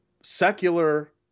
secular